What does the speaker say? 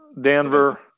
Denver